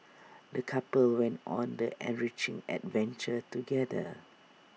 the couple went on the enriching adventure together